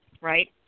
right